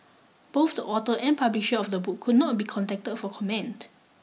both the author and publisher of the book could not be contacted for comment